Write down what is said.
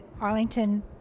Arlington